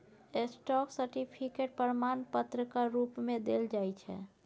stock certificate प्रमाण पत्रक रुप मे देल जाइ छै